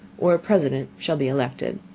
or a president shall be elected.